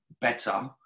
better